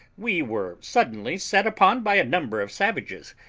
we were suddenly set upon by a number of savages.